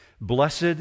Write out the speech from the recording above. Blessed